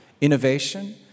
innovation